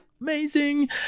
amazing